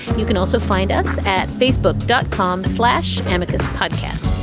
you can also find us at facebook dot com slash amicus podcast.